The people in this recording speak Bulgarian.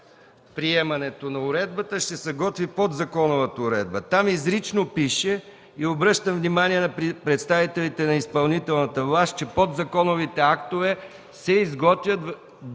приемането на уредбата ще се готви подзаконовата уредба. Там изрично пише – обръщам внимание на представителите на изпълнителната власт, че подзаконовите актове се изготвят и